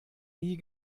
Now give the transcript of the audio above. nie